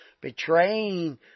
Betraying